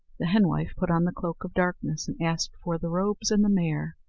the henwife put on the cloak of darkness, and asked for the robes and the mare.